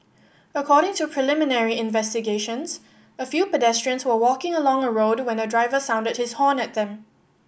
according to preliminary investigations a few pedestrians were walking along a road when a driver sounded his horn at them